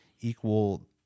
equal